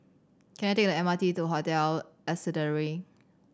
can I take the M R T to Hotel Ascendere